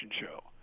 show